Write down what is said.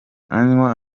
anywa